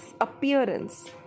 appearance